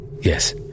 Yes